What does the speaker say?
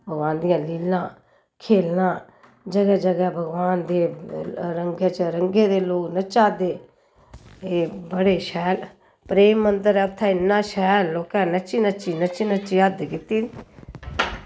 भगवान दियां लीलां खेलां जगह् जगह् भगवान दे रंग च रंगे दे लोग नच्चा दे ते बड़े शैल प्रेम मन्दर ऐ उत्थें इ'न्ना शैल लोकें नच्ची नच्ची नच्ची नच्ची हद्द कीती दी